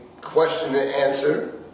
question-and-answer